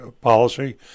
policy